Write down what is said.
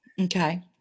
Okay